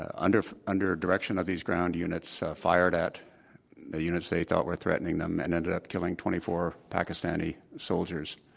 and under under direction of these ground units fired at the units they thought were threatening them, and ended up killing twenty four pakistani soldiers.